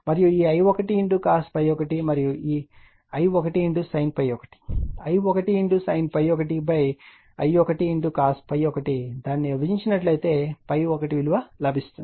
మరియు ఈ I1 cos ∅1 మరియు I1 sin ∅1 I1 sin ∅1 I1 cos ∅1దానిని విభజించినట్లైతే ∅1 లభిస్తుంది